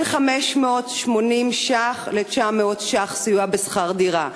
בין 580 ש"ח ל-900 ש"ח סיוע בשכר דירה.